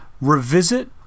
Revisit